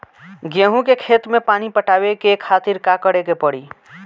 गेहूँ के खेत मे पानी पटावे के खातीर का करे के परी?